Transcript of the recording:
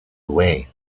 away